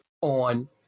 on